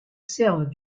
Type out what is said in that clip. servent